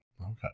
Okay